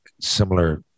similar